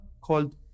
called